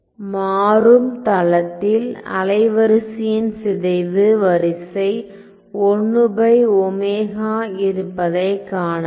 மாறும் தளத்தில் அலைவரிசையின் சிதைவு வரிசை 1ω இருப்பதை காணலாம்